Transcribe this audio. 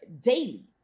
daily